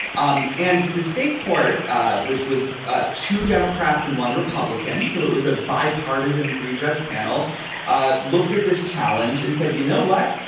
um and the state court which was ah two democrats and one republican. so it was a bipartisan three judge panel ah looked at this challenge and said you know what.